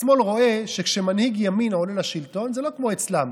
השמאל רואה שכשמנהיג ימין עולה לשלטון זה לא כמו אצלם.